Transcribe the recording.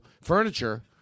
Furniture